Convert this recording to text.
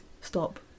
Stop